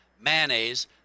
mayonnaise